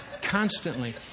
constantly